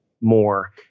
more